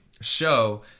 Show